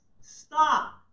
Stop